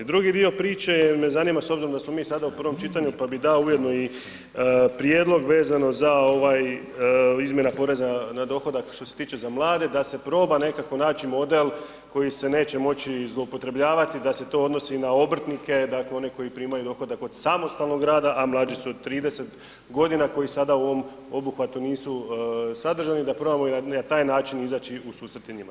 Drugi dio priče jel me zanima s obzirom da smo mi sada u prvom čitanju, pa bi dao ujedno i prijedlog vezano za izmjene poreza na dohodak što se tiče za mlade da se proba nekako naći model koji se neće moći zloupotrjebljavati da se to odnosi i na obrtnike, dakle one koji primaju dohodak od samostalnog rada a mlađi su od 30 godina koji sada u ovom obuhvatu nisu sadržani da probamo i na taj način izaći u susret i njima.